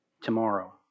tomorrow